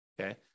okay